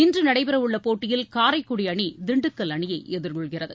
இன்று நடைபெறவுள்ள போட்டியில் காரைக்குடி அணி திண்டுக்கல் அணியை எதிர்கொள்கிறது